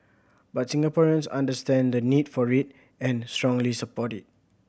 but Singaporeans understand the need for it and strongly support it